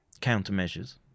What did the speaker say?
countermeasures